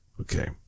Okay